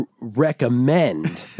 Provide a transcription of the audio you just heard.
recommend